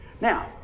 Now